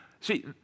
See